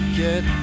get